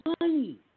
money